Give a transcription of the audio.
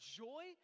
joy